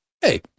hey